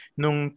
nung